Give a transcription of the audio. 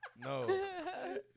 No